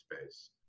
space